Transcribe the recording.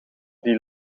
die